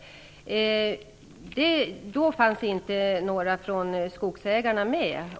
Vid det tillfället fanns inga från skogsägarna med.